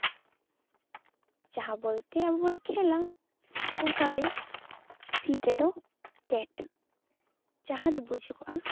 ᱡᱟᱦᱟᱸ ᱵᱚᱞᱛᱮ ᱟᱵᱚ ᱵᱚᱱ ᱠᱷᱮᱹᱞᱟ ᱚᱱᱠᱟᱜᱮ ᱥᱤ ᱛᱮᱫᱚ ᱠᱮᱴ ᱡᱟᱦᱟᱸ ᱫᱚ ᱵᱩᱡᱩᱜᱚᱜᱼᱟ